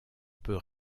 peut